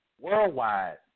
worldwide